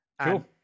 Cool